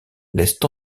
laisse